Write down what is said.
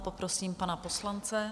Poprosím pana poslance.